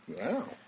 Wow